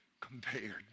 compared